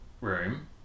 room